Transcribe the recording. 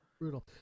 Brutal